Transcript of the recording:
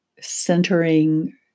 centering